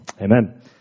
Amen